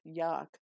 yuck